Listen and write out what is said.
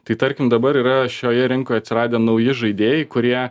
tai tarkim dabar yra šioje rinkoje atsiradę nauji žaidėjai kurie